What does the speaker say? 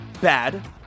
bad